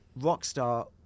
Rockstar